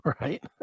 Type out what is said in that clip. Right